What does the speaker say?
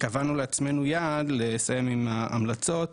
קבענו לעצמנו יעד לסיים עם ההמלצות